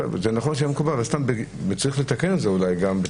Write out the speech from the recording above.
צריך לתקן את זה אולי גם,